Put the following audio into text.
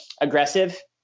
aggressive